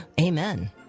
Amen